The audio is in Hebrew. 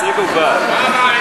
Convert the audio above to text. תפסיקו כבר.